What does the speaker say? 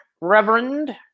Reverend